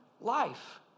life